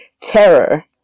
terror